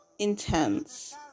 Intense